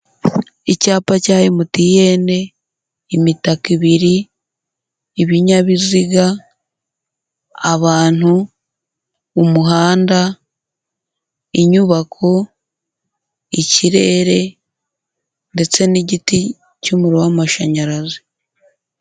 Icyapa cya MTN, imitaka ibiri, ibinyabiziga, abantu, umuhanda, inyubako, ikirere ndetse n'igiti cy'umuriro w'amashanyarazi.